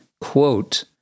quote